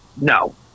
No